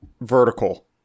vertical